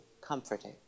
comforting